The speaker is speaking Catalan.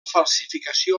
falsificació